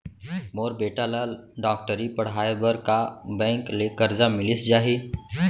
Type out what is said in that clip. मोर बेटा ल डॉक्टरी पढ़ाये बर का बैंक ले करजा मिलिस जाही?